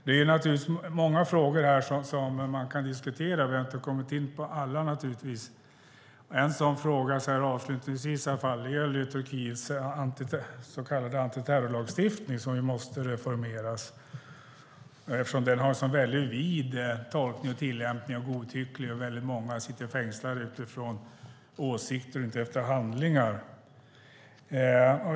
Det finns många frågor här att diskutera, men vi har naturligtvis inte kommit in på alla. En sådan fråga så här avslutningsvis är Turkiets så kallade antiterrorlagstiftning som måste reformeras, eftersom den har en så väldigt vid tolkning och tillämpning och är så godtycklig. Väldigt många sitter fängslade för åsikter och inte för handlingar.